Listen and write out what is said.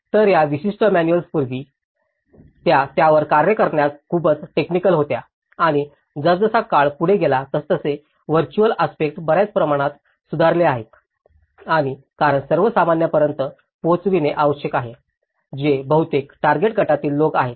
तर या विशिष्ट मॅनुअल्सपूर्वी त्या त्यावर कार्य करण्यास खूपच टेक्निकल होत्या आणि जसजसा काळ पुढे गेला तसतसे व्हिज्युअल आस्पेक्ट बर्याच प्रमाणात सुधारले आहेत आणि कारण सर्वसामान्यांपर्यंत पोहोचणे आवश्यक आहे जे बहुतेक टार्गेट गटातील लोक आहेत